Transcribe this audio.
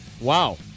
Wow